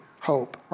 hope